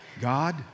God